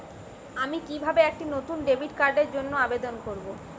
আমি কিভাবে একটি নতুন ডেবিট কার্ডের জন্য আবেদন করব?